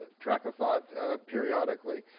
track of thought periodically.